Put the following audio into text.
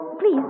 Please